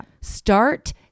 Start